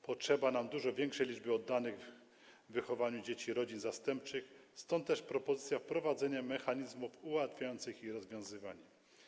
Potrzeba nam dużo większej liczby oddanych wychowaniu dzieci rodzin zastępczych, stąd też propozycja wprowadzenia mechanizmów ułatwiających ich zawiązywanie.